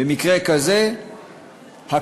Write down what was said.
במקרה כזה הקבלן,